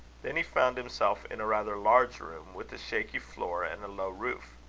then he found himself in a rather large room with a shaky floor and a low roof.